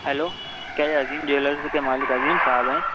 hello کیا یہ Azeem jewellers کے مالک عظیم صاحب ہیں